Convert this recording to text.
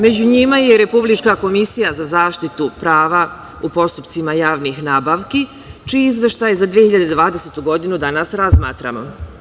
Među njima je Republička komisija za zaštitu prava u postupcima javnih nabavki čiji Izveštaj za 2020. godinu danas razmatramo.